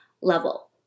level